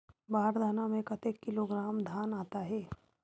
बार दाना में कतेक किलोग्राम धान आता हे?